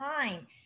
time